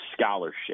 scholarship